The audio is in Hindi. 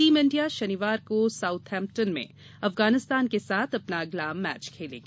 टीम इंडिया शनिवार को साऊथैम्पटन में अफगानिस्तान के साथ अपना अगला मैच खेलेगी